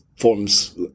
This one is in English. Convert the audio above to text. forms